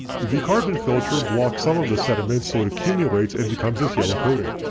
the carbon filter blocks some of the sediment so it accumulates and becomes this yellow coating.